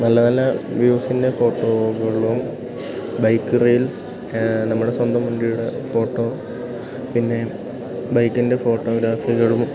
നല്ല നല്ല വ്യൂസിൻ്റെ ഫോട്ടോകളും ബൈക്ക് റെയിൽസ് നമ്മുടെ സ്വന്തം വണ്ടിയുടെ ഫോട്ടോ പിന്നെ ബൈക്കിൻ്റെ ഫോട്ടോഗ്രാഫികളും